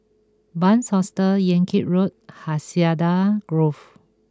Bunc Hostel Yan Kit Road and Hacienda Grove